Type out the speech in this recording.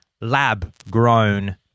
lab-grown